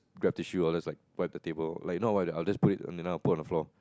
grab tissue others like wipe the table like what other place you know put on floor